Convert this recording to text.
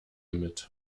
mit